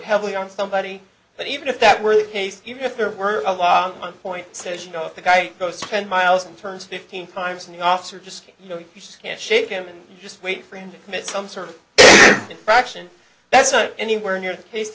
heavily on somebody but even if that were the case even if there were a lot of point says you know if the guy goes ten miles and turns fifteen times and the officer just you know you just can't shake him and just wait for him to commit some sort of infraction that's not anywhere near the case